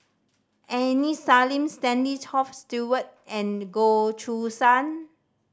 Aini Salim Stanley Toft Stewart and Goh Choo San